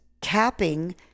capping